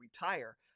retire